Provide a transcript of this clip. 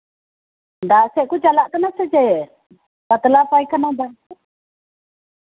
ᱫᱟᱜ ᱥᱮᱡᱽ ᱠᱚ ᱪᱟᱞᱟᱜ ᱠᱟᱱᱟ ᱥᱮ ᱪᱮᱫ ᱯᱟᱛᱞᱟ ᱯᱟᱭᱠᱷᱟᱱᱟ